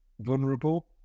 vulnerable